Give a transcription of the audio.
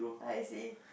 I see